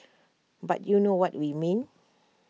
but you know what we mean